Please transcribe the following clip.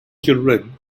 children